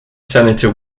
senator